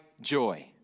joy